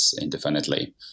indefinitely